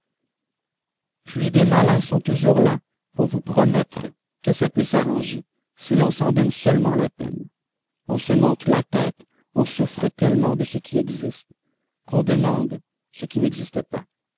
puis des malins sont toujours là pour vous promettre que ça peut s'arranger si l'on s'en donne seulement la peine on se monte la tête on souffre tellement de ce qui existe qu'on demande ce qui n'existe pas